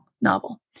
novel